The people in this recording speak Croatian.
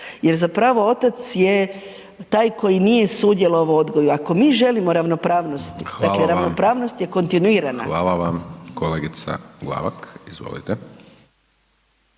jer zapravo otac je taj koji nije sudjelovao u odgoju. Ako mi želimo ravnopravnost, dakle ravnopravnost je kontinuirana. **Hajdaš Dončić, Siniša